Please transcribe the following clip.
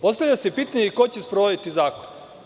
Postavlja se pitanje ko će sprovoditi zakon.